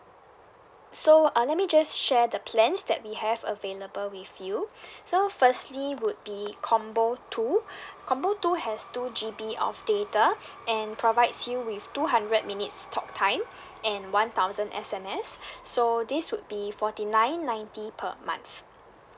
so uh let me just share the plans that we have available with you so firstly would be combo two combo two has two G_B of data and provides you with two hundred minutes talk time and one thousand S_M_S so this would be forty nine ninety per month